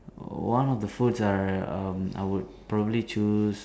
one of the food are um I would probably choose